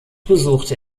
besuchte